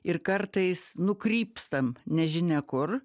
ir kartais nukrypstam nežinia kur